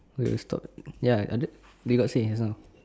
when we stop ya ada they got say just now